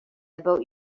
about